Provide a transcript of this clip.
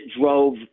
drove